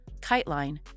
KiteLine